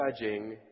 judging